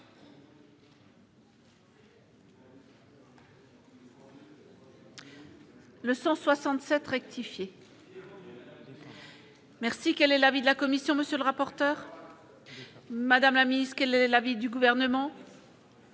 Le 167 rectifié. Merci, quel est l'avis de la commission, monsieur le rapporteur, Madame la Ministre, qu'elle est l'avis du gouvernement.